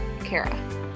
Kara